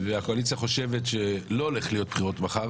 הקואליציה חושבת שלא הולכות להיות בחירות מחר,